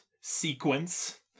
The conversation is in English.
sequence